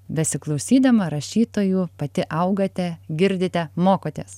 besiklausydama rašytojų pati augate girdite mokotės